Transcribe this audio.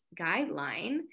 guideline